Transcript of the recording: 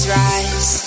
rise